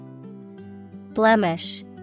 Blemish